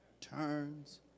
turns